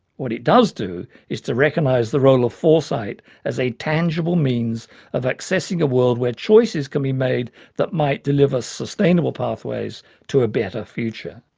what it does do is to recognise the role of foresight as a tangible means of accessing a world where choices can be made that might deliver sustainable pathways to a better future.